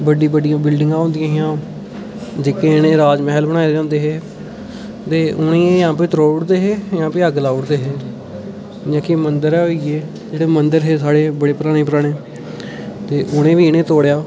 बड्डी बड्डियां बिल्डिगां होंदियां हियां जेह्कियां इ'नें राजमैह्ल बनाए दे होंदे हे उ'नें ई जां भी त्रोड़दे हे जां भी अग्ग लाई ओड़दे हे जेह्ड़े मंदर होई गे जेह्के मंदर हे साढ़े बड़े पराने पराने ते ओनें ई इ'नें तोड़ेआ